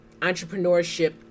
entrepreneurship